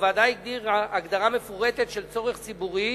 הוועדה הגדירה הגדרה מפורטת של "צורך ציבורי",